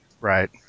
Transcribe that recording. Right